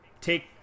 take